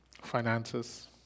finances